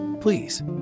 please